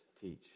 teach